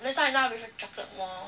that's why now I prefer chocolate more